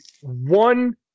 one